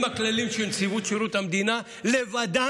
עם הכללים של נציבות שירות המדינה לבדם,